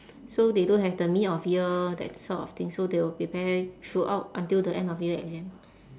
so they don't have the mid of year that sort of thing so they will prepare throughout until the end of year exam